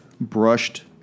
brushed